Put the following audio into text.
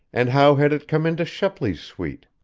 and how had it come into shepley's suite?